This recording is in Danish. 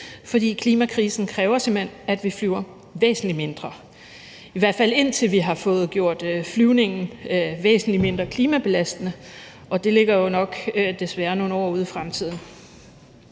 fordi klimakrisen simpelt hen kræver, at vi flyver væsentlig mindre – i hvert fald indtil vi har fået gjort flyvningen væsentlig mindre klimabelastende, og det ligger jo desværre nok nogle år ude i fremtiden.